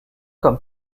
comme